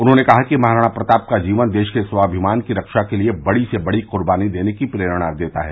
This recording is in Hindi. उन्होंने कहा कि महाराणा प्रताप का जीवन देश के स्वाभिमान की रक्षा के लिए बड़ी से बड़ी कुर्बनी देने की प्रेरणा देता है